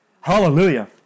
Hallelujah